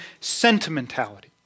sentimentality